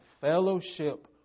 fellowship